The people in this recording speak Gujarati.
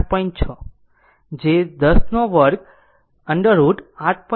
6 જે 10 2 √ over 8